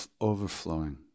overflowing